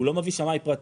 הוא לא מביא שמאי פרטי,